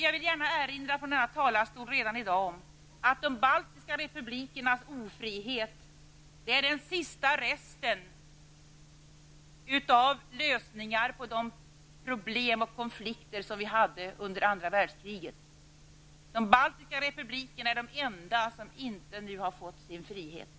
Jag vill gärna redan i dag, från denna talarstol, erinra om att de baltiska republikernas ofrihet och lösningen på detta är den sista resten av de problem och konflikter som vi hade under andra världskriget. De baltiska republikerna är nu de enda som inte fått sin frihet.